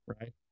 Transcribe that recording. right